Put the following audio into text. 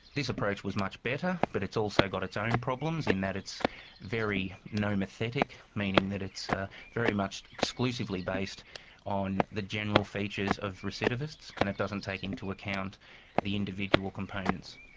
this approach was much better but it's also got its own problems in that it's very nomothetic meaning that it's ah very much exclusively based on the general features of recidivists and it doesn't take into account the individual components.